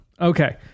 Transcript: okay